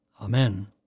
Amen